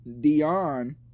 Dion